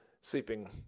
sleeping